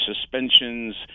suspensions